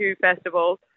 festivals